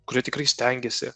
kurie tikrai stengėsi